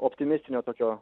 optimistinio tokio